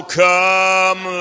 come